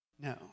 No